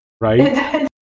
right